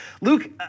Luke